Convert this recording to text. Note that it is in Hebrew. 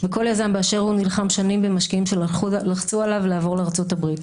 וכל יזם באשר הוא נלחם שנים במשקיעים שלחצו עליו לעבור לארצות הברית.